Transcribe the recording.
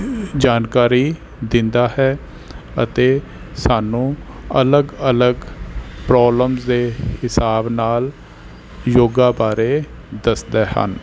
ਜਾਣਕਾਰੀ ਦਿੰਦਾ ਹੈ ਅਤੇ ਸਾਨੂੰ ਅਲੱਗ ਅਲੱਗ ਪ੍ਰੋਬਲਮਸ ਦੇ ਹਿਸਾਬ ਨਾਲ ਯੋਗਾ ਬਾਰੇ ਦੱਸਦੇ ਹਨ